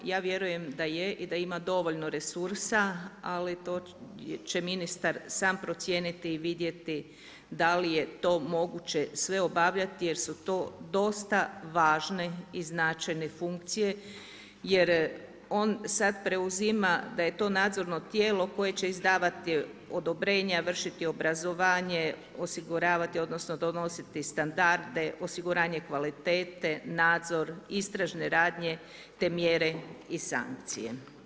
Ja vjerujem da je i da ima dovoljno resursa, ali to će ministar sam procijeniti i vidjeti da li je to moguće sve obavljati jer su to dosta važne i značajne funkcije jer on sada preuzima da je to nadzorno tijelo koje će izdavati odobrenja, vršiti obrazovanje, osiguravati odnosno donositi standarde, osiguranje kvalitete, nadzor, istražne radnje te mjere i sankcije.